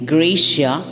Gracia